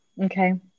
Okay